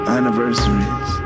anniversaries